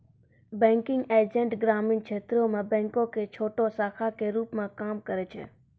banking agent ग्रामीण क्षेत्रो मे बैंको के छोटो शाखा के रुप मे काम करै छै